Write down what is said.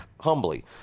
humbly